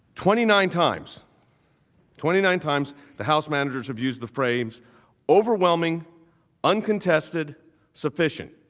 twenty nine times twenty nine times the house managers of use the frames overwhelming uncontested suppression